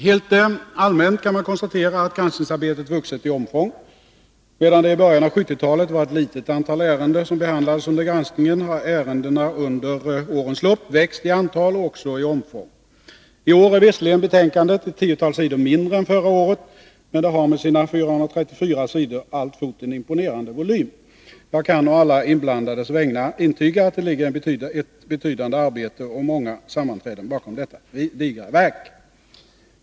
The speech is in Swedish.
Helt allmänt kan man konstatera att granskningsarbetet vuxit starkt i omfång. Medan det i början av 1970-talet var ett litet antal ärenden som behandlades under granskningen har ärendena under årens lopp växt i antal och också i omfång. I år är visserligen betänkandet ett tiotal sidor mindre än förra året, men det har med sina 434 sidor alltfort en imponerande volym. Jag kan å alla inblandades vägnar intyga att det ligger ett betydande arbete och många sammanträden bakom detta digra verk.